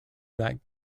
that